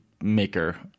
maker